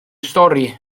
stori